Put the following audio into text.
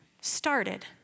started